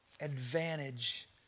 advantage